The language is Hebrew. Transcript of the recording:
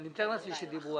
נכון.